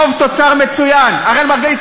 אל תוציא אותו, חשוב שיקשיב.